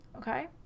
Okay